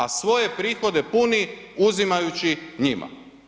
A svoje prihode puni uzimajući njima.